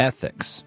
Ethics